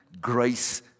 grace